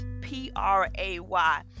p-r-a-y